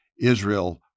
Israel